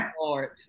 Lord